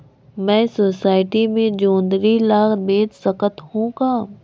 मैं सोसायटी मे जोंदरी ला बेच सकत हो का?